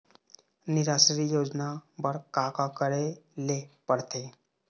निराश्री योजना बर का का करे ले पड़ते?